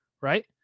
right